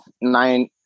nine